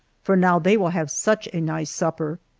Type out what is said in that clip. for now they will have such a nice supper.